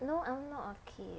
no I'm not a kid